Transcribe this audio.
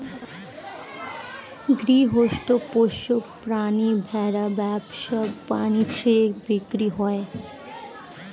গৃহস্থ পোষ্য প্রাণী ভেড়া ব্যবসা বাণিজ্যে বিক্রি হয়